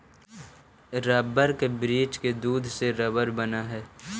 rubber के वृक्ष के दूध से रबर बनऽ हई